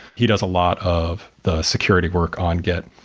he does a lot of the security work on git.